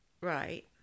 Right